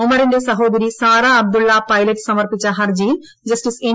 ഒമറിന്റെ സഹോദരി സാറാ അബ്ദുള്ള പൈലറ്റ് സമർപ്പിച്ച ഹർജിയിലാണ് ജസ്റ്റിസ് എൻ